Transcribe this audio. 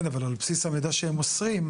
כן, אבל על בסיס המידע שהם מוסרים,